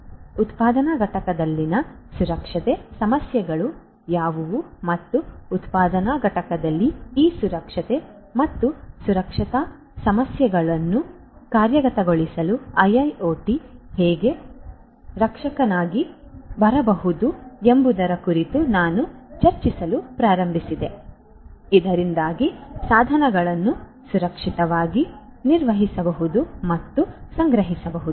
ಉತ್ಪಾದನಾ ಘಟಕದಲ್ಲಿನ ಸುರಕ್ಷತೆ ಸಮಸ್ಯೆಗಳು ಯಾವುವು ಮತ್ತು ಉತ್ಪಾದನಾ ಘಟಕದಲ್ಲಿ ಈ ಸುರಕ್ಷತೆ ಮತ್ತು ಸುರಕ್ಷತಾ ಸಮಸ್ಯೆಗಳನ್ನು ಕಾರ್ಯಗತಗೊಳಿಸಲು ಐಐಒಟಿ ಹೇಗೆ ರಕ್ಷಕನಾಗಿ ಬರಬಹುದು ಎಂಬುದರ ಕುರಿತು ನಾನು ಚರ್ಚಿಸಲು ಪ್ರಾರಂಭಿಸಿದೆ ಇದರಿಂದಾಗಿ ಸಾಧನಗಳನ್ನು ಸುರಕ್ಷಿತವಾಗಿ ನಿರ್ವಹಿಸಬಹುದು ಮತ್ತು ಸಂಗ್ರಹಿಸಬಹುದು